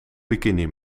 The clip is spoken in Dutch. bikini